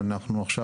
ואני עכשיו